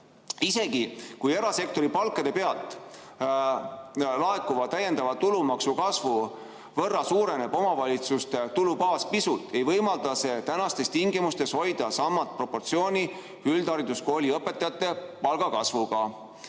Isegi kui erasektori palkade pealt laekuva täiendava tulumaksu kasvu võrra suureneb omavalitsuste tulubaas pisut, ei võimalda see tänastes tingimustes hoida sama proportsiooni üldhariduskoolide õpetajate palga kasvuga.